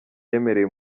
yemereye